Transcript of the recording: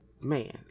man